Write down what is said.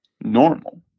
normal